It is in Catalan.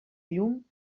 llum